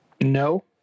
No